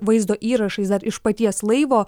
vaizdo įrašais dar iš paties laivo